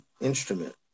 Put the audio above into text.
instrument